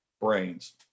brains